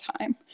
time